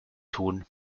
tun